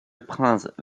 prince